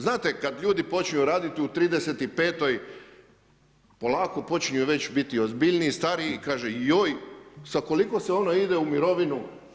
Znate, kad ljudi počinju raditi u 35. polako počinju već biti ozbiljniji, stariji, kaže joj, sa koliko se ono ide u mirovinu?